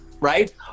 right